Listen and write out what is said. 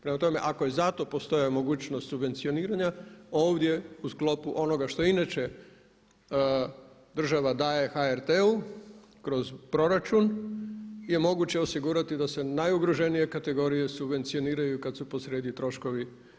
Prema tome ako je zato postojala mogućnost subvencioniranja, ovdje u sklopu onoga što inače država daje HRT-u kroz proračun je moguće osigurati da se najugroženije kategorije subvencioniraju kada su po srijedi troškovi.